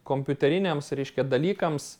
kompiuteriniams reiškia dalykams